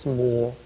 more